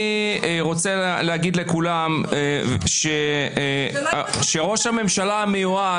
אני רוצה להגיד לכולם שראש הממשלה המיועד,